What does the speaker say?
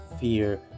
fear